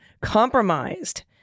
Compromised